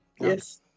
Yes